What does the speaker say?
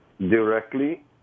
directly